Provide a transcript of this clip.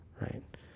right